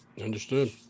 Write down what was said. Understood